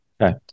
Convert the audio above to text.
Okay